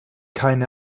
keine